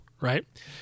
right